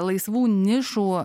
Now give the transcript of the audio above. laisvų nišų